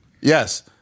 yes